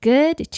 Good